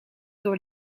door